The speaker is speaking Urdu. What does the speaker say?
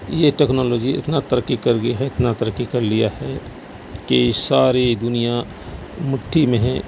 یہ ٹکنالوجی اتنا ترقی کر گیا ہے اتنا ترقی کر لیا ہے کہ ساری دنیا مٹھی میں ہے